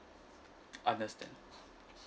understand